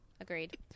Agreed